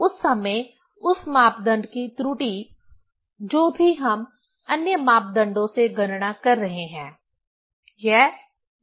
उस समय उस मापदंड की त्रुटि जो भी हम अन्य मापदंडों से गणना कर रहे हैं